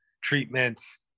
treatments